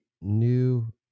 new